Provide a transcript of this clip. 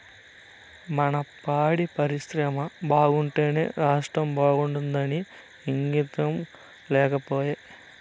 మన పాడి పరిశ్రమ బాగుంటేనే రాష్ట్రం బాగుంటాదన్న ఇంగితం లేకపాయే